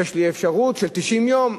יש לי אפשרות של 90 יום,